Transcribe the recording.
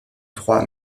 trois